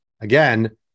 again